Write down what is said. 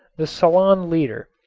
the salon leader,